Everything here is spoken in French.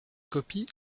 copies